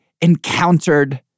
encountered